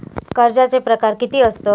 कर्जाचे प्रकार कीती असतत?